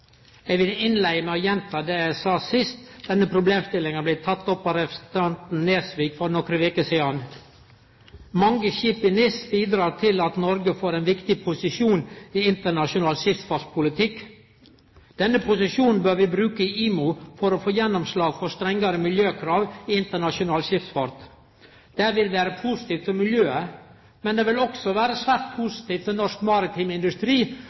Eg vil innleie med å gjenta det eg sa sist denne problemstillinga blei teken opp av representanten Nesvik, for nokre veker sidan. Mange skip i NIS bidreg til at Noreg får ein viktig posisjon i internasjonal skipsfartspolitikk. Denne posisjonen bør vi bruke i IMO for å få gjennomslag for strengare miljøkrav i internasjonal skipsfart. Det vil vere positivt for miljøet, men det vil også vere svært positivt for norsk maritim industri,